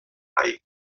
mai